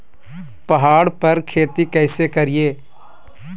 पहाड़ पर खेती कैसे करीये?